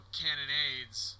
cannonades